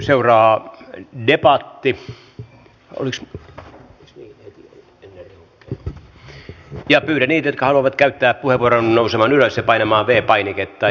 seuraa debatti ja pyydän niitä jotka haluavat käyttää puheenvuoron nousemaan ylös ja painamaan v painiketta